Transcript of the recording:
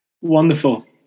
wonderful